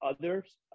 others